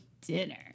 dinner